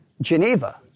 Geneva